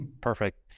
Perfect